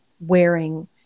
wearing